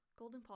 Goldenpaw